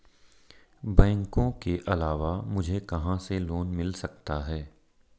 बैंकों के अलावा मुझे कहां से लोंन मिल सकता है?